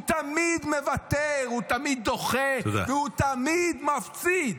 הוא תמיד מוותר, הוא תמיד דוחה והוא תמיד מפסיד.